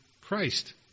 Christ